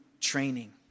training